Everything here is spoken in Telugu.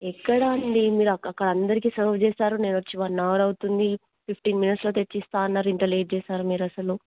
ఎక్కడ అండి మీరు అక్కడ అందరికీ సర్వ్ చేశారు నేను వచ్చి వన్ అవర్ అవుతుంది ఫిఫ్టీన్ మినిట్స్లో తెచ్చిస్తా అన్నారు ఇంత లేట్ చేశారు మీరు అసలు